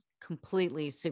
completely